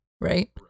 right